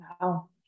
Wow